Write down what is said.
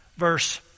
Verse